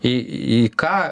į į ką